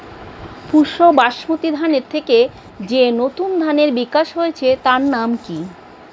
পুসা বাসমতি ধানের থেকে যে নতুন ধানের বিকাশ হয়েছে তার নাম কি?